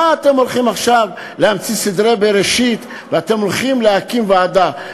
מה אתם הולכים עכשיו להמציא סדרי בראשית ואתם הולכים להקים ועדה?